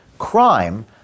crime